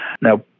Now